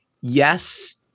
yes